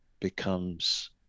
becomes